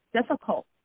difficult